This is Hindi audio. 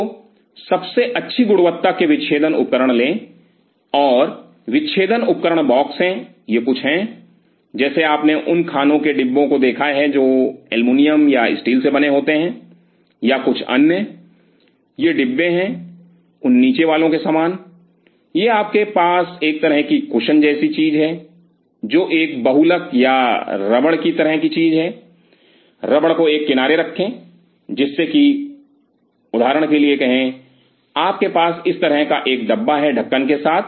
तो सबसे अच्छी गुणवत्ता के विच्छेदन उपकरण लें और विच्छेदन उपकरण बॉक्स हैं यह कुछ है जैसे आपने उन खाने के डिब्बों को देखा है जो एल्यूमीनियम या स्टील से बने होते हैं या कुछ अन्य यह डब्बे है उन नीचे वालों के समान यह आपके पास एक तरह की कुशन जैसी चीज है जो एक बहुलक या रबर की तरह की चीज है रबर को एक किनारे रखें जिससे कि उदाहरण के लिए कहें आपके पास इस तरह का डब्बा है एक ढक्कन के साथ